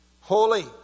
holy